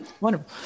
Wonderful